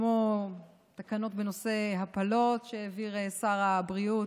כמו תקנות בנושא הפלות שהעביר שר הבריאות,